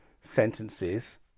sentences